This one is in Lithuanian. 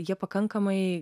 jie pakankamai